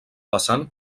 vessant